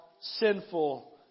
sinful